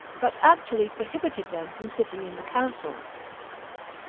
but actually prohibited them from sitting in the council.